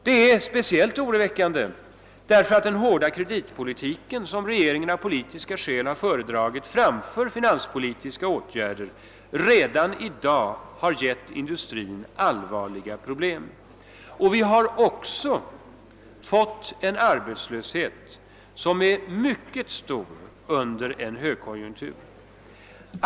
Det är speciellt oroväckande därför att den hårda kreditpolitiken, som reregingen av politiska skäl har föredragit framför finanspolitiska åtgärder, redan i dag har givit industrin allvarliga problem. Vi har en arbetslöshet som är mycket stor under en högkonjunktur.